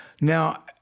Now